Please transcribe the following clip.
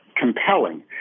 compelling